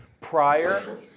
prior